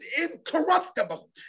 incorruptible